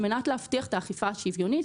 על מנת להבטיח את האכיפה השוויונית.